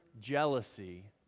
jealousy